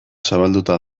zabalduta